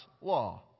law